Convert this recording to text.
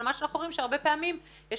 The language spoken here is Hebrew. אבל מה שאנחנו אומרים שהרבה פעמים יש